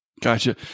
Gotcha